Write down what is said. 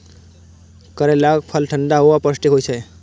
करैलाक फल ठंढा आ पौष्टिक होइ छै